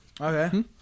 Okay